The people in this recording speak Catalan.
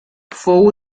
fou